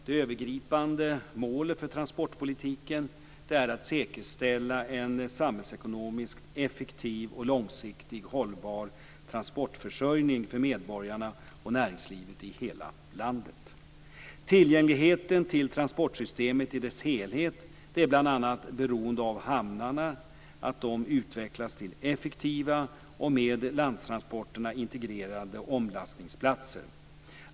Det övergripande målet för transportpolitiken är att säkerställa en samhällsekonomiskt effektiv och långsiktigt hållbar transportförsörjning för medborgarna och näringslivet i hela landet. Tillgängligheten till transportsystemet i dess helhet är bl.a. beroende av att hamnarna utvecklas till effektiva och med landtransporterna integrerade omlastningsplatser.